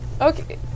Okay